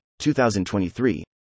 2023